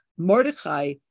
Mordechai